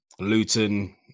Luton